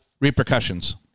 repercussions